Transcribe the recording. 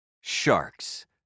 Sharks